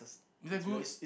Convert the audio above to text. is that good